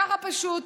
ככה פשוט.